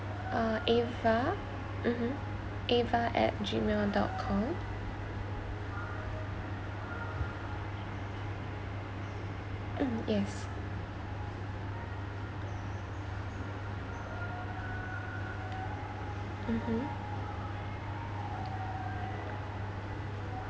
uh ava mmhmm ava at gmail dot com mm yes mmhmm